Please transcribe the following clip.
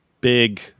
big